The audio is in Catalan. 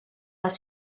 les